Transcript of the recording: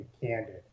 candid